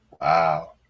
Wow